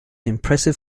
impressive